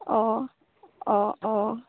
অঁ অঁ অঁ